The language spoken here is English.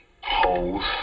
holes